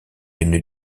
une